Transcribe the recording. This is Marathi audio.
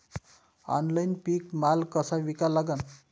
ऑनलाईन पीक माल कसा विका लागन?